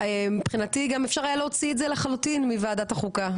מבחינתי אפשר היה להוציא את זה לחלוטין מוועדת החוקה,